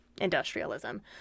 industrialism